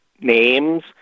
names